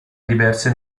diverse